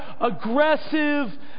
aggressive